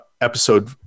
episode